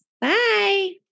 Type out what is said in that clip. Bye